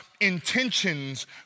intentions